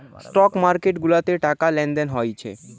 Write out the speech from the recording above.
stock market গুলাতে টাকা লেনদেন হচ্ছে